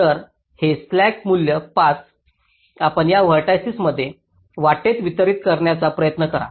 तर हे स्लॅक मूल्य 5 आपण या व्हर्टिसिस मध्ये वाटेत वितरीत करण्याचा प्रयत्न करा